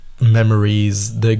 memories